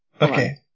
Okay